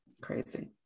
Crazy